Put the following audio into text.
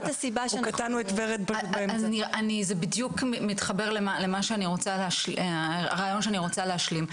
זה בדיוק מתחבר לרעיון שאני רוצה להשלים.